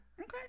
Okay